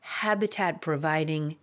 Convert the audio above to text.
habitat-providing